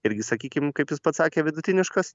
irgi sakykim kaip jis pats sakė vidutiniškas